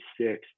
six